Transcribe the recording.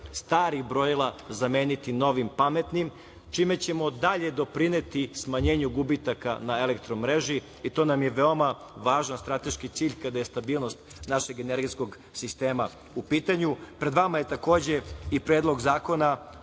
starih brojila zameniti novim, pametnim, čime ćemo dalje doprineti smanjenju gubitaka na elektromreži i to nam je veoma važan strateški cilj kada je stabilnost naše energetskog sistema u pitanju. Pred vama je i Predlog zakona